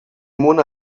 mona